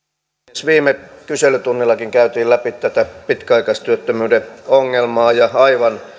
puhemies viime kyselytunnillakin käytiin läpi tätä pitkäaikaistyöttömyyden ongelmaa ja aivan